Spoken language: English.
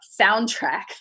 soundtrack